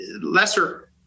lesser